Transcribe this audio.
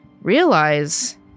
realize